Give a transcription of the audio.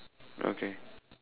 okay